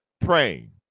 praying